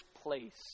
place